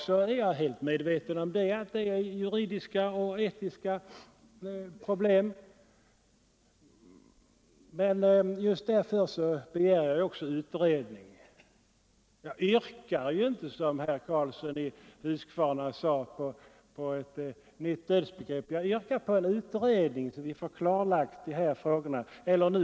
Jag är helt medveten om att det finns både juridiska och etiska problem, men just därför begär jag ju också utredning. Jag yrkar inte, som herr Karls son i Huskvarna sade, på ett nytt dödsbegrepp, utan jag yrkar på en utredning så att vi kan få de här frågorna klarlagda.